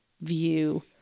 view